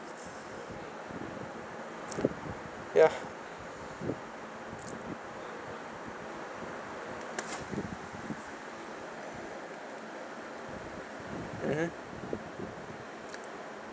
ya mmhmm